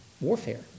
warfare